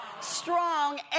strong